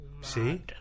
See